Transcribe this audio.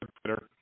Twitter